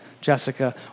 Jessica